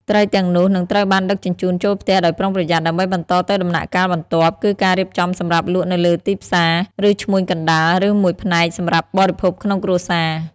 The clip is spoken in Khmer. ត្រីទាំងនោះនឹងត្រូវបានដឹកជញ្ជូនចូលផ្ទះដោយប្រុងប្រយ័ត្ន ដើម្បីបន្តទៅដំណាក់កាលបន្ទាប់ គឺការរៀបចំសម្រាប់លក់នៅទីផ្សារឬឈ្មួញកណ្តាល ឬមួយផ្នែកសម្រាប់បរិភោគក្នុងគ្រួសារ។